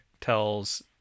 tells